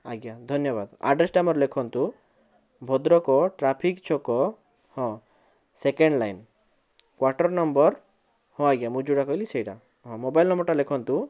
ଆଜ୍ଞା ଧନ୍ୟବାଦ ଆଡ଼୍ରେସ୍ ଟା ମୋର ଲେଖନ୍ତୁ ଭଦ୍ରକ ଟ୍ରାଫିକ୍ ଛକ ହଁ ସେକେଣ୍ଡ୍ ଲାଇନ୍ କ୍ଵାଟର୍ ନମ୍ବର୍ ହଁ ଆଜ୍ଞା ମୁଁ ଯୋଉଟା କହିଲି ସେଇଟା ହଁ ମୋବାଇଲ୍ ନମ୍ବର୍ ଟା ଲେଖନ୍ତୁ